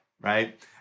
right